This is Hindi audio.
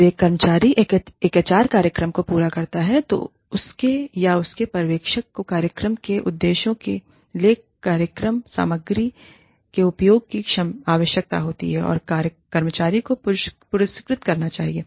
जब एक कर्मचारी एक एचआर कार्यक्रम को पूरा करता है तो उसके या उसके पर्यवेक्षक को कार्यक्रम के उद्देश्यों के लिए कार्यक्रम सामग्री के उपयोग की आवश्यकता होती है और कर्मचारी को पुरस्कृत करना चाहिए